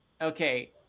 okay